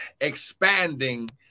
expanding